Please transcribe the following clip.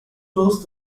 closed